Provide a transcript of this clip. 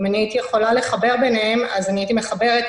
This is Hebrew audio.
אם הייתי יכולה לחבר ביניהם, הייתי מחברת.